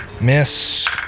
Miss